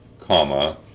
comma